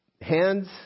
hands